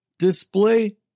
Display